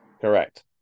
Correct